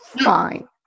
fine